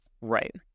Right